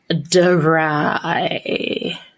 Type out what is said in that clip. dry